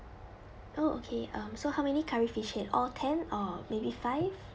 oh okay um so how many curry fish head all ten or maybe five